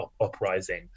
uprising